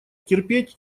терпеть